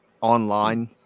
online